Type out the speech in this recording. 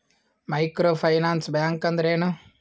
Micro finance bank ಅಂದ್ರ ಏನು?